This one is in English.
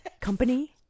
company